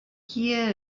kia